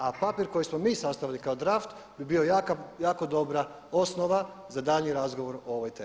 A papir koji smo mi sastavili kao draft bi bio jako dobra osnova za daljnji razgovor o ovoj temi.